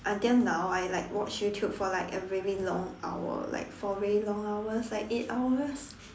until now I like watch YouTube for like a very long hour like for very long hours like eight hours